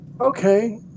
okay